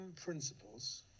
principles